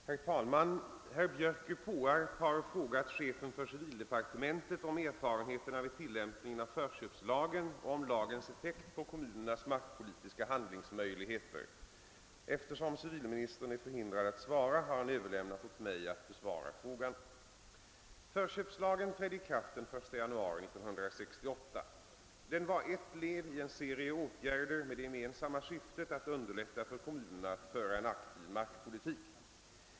Herr talman! Herr Björk i Påarp har frågat chefen för civildepartementet om erfarenheterna vid tillämpningen av förköpslagen och om lagens effekt på kommunernas markpolitiska handlingsmöjligheter. Eftersom civilministern är förhindrad att svara, har han överlämnat åt mig att besvara frågan. Förköpslagen trädde i kraft den 1 januari 1968. Den var ett led i en serie åtgärder med det gemensamma syftet att underlätta för kommunerna att föra en aktiv markpolitik.